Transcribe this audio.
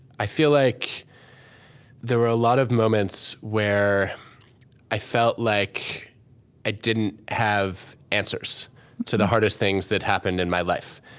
i feel like there were a lot of moments where i felt like i didn't have answers to the hardest things that happened in my life.